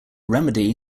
remedy